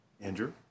Andrew